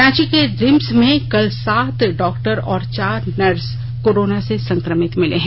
रांची के रिम्स में कल सात डॉक्टर और चार नर्स कोरोना से संकमित मिले हैं